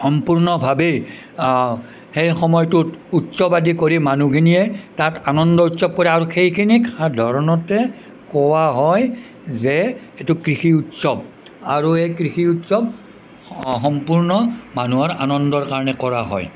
সম্পূৰ্ণভাৱে সেই সময়টোত উৎসৱ আদি কৰি মানুহখিনিয়ে তাত আনন্দ উৎসৱ কৰে আৰু সেইখিনিক সাধাৰণতে কোৱা হয় যে এইটো কৃষি উৎসৱ আৰু এই কৃষি উৎসৱ সম্পূৰ্ণ মানুহৰ আনন্দৰ কাৰণে কৰা হয়